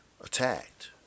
attacked